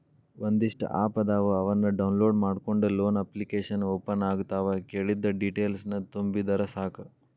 ಒಂದಿಷ್ಟ ಆಪ್ ಅದಾವ ಅವನ್ನ ಡೌನ್ಲೋಡ್ ಮಾಡ್ಕೊಂಡ ಲೋನ ಅಪ್ಲಿಕೇಶನ್ ಓಪನ್ ಆಗತಾವ ಕೇಳಿದ್ದ ಡೇಟೇಲ್ಸ್ ತುಂಬಿದರ ಸಾಕ